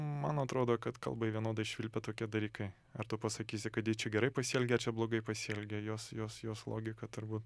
man atrodo kad kalbai vienodai švilpia tokie dalykai ar tu pasakysi kad ji čia gerai pasielgė ar čia blogai pasielgė jos jos jos logika turbūt